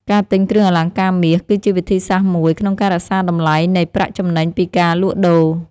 ការទិញគ្រឿងអលង្ការមាស គឺជាវិធីសាស្ត្រមួយក្នុងការរក្សាតម្លៃនៃប្រាក់ចំណេញពីការលក់ដូរ។